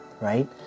right